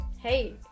Hey